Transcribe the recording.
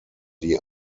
die